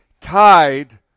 tied